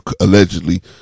allegedly